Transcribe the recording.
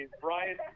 brian